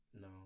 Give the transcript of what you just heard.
No